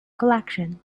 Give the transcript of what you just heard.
collection